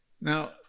Now